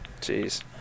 Jeez